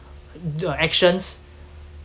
the actions